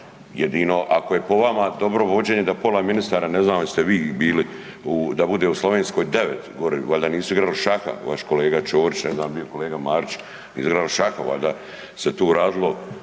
Jedino ako je po vama dobro vođenje da pola ministara, ne znam jeste li vi bili, da bude u Slovenskoj 9 gore, valjda nisu igrali šaha. Vaš kolega Ćorić, ne znam bio kolega Marić igrali šaha valjda se tu radilo,